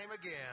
again